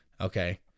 Okay